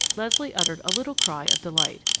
leslie uttered a little cry of delight.